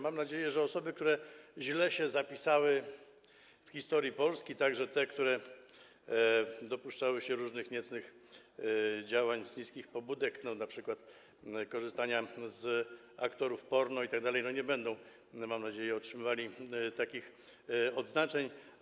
Mam nadzieję, że osoby, które źle się zapisały w historii Polski, także te, które dopuszczały się różnych niecnych działań z niskich pobudek, np. korzystania z aktorów porno itd., nie będą, mam nadzieję, otrzymywali takich odznaczeń.